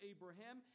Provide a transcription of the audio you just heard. Abraham